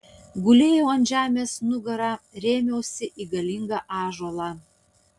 gulėjau ant žemės nugara rėmiausi į galingą ąžuolą